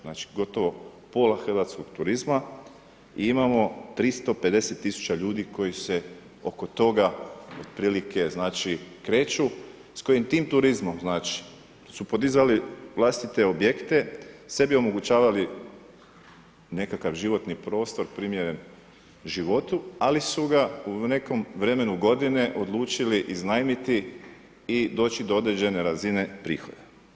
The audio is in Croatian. Znači, gotovo pola hrvatskog turizma i imamo 350 tisuća ljudi koji se oko toga otprilike znači kreću, s kojim tim turizmom znači, su podizali vlastite objekte, sebi omogućavali nekakav životni prostor primjeren životu, ali su ga u nekom vremenu godine odlučili iznajmiti i doći do određene razine prihoda.